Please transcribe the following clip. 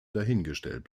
dahingestellt